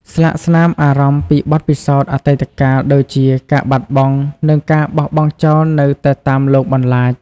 ស្លាកស្នាមអារម្មណ៍ពីបទពិសោធន៍អតីតកាលដូចជា ការបាត់បង់ និងការបោះបង់ចោលនៅតែតាមលងបន្លាច។